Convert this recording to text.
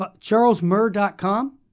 charlesmurr.com